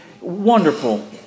Wonderful